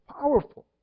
powerful